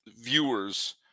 viewers